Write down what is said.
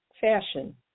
fashion